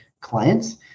clients